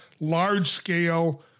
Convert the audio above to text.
large-scale